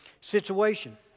situation